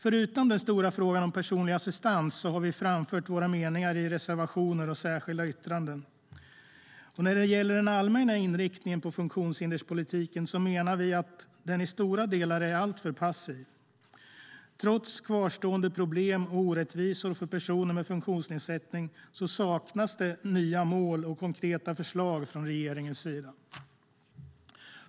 Förutom den stora frågan om personlig assistans har vi framfört våra meningar i reservationer och särskilda yttranden. När det gäller den allmänna inriktningen på funktionshinderspolitiken menar vi att den i stora delar är alltför passiv. Trots kvarstående problem och orättvisor för personer med funktionsnedsättning saknas nya mål och konkreta förslag från regeringens sida.